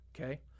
Okay